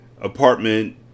apartment